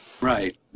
Right